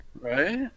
Right